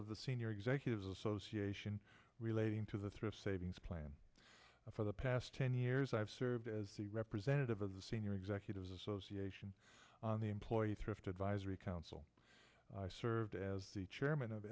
of the senior executives association relating to the thrift savings plan for the past ten years i have served as the representative of the senior executives association on the employee thrift advisory council i served as the chairman of